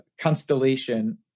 constellation